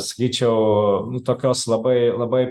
sakyčiau nu tokios labai labai